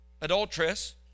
adulteress